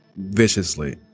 viciously